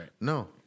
No